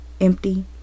empty